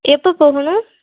எப்போ போகணும்